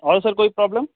اور سر کوئی پرابلم